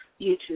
YouTube